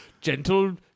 Gentle